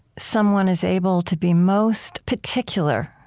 someone is able to be most particular,